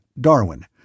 Darwin